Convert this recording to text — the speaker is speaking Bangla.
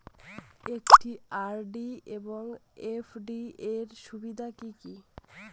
একটি আর.ডি এবং এফ.ডি এর সুবিধা কি কি?